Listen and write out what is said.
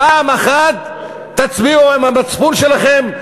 פעם אחת תצביעו עם המצפון שלכם,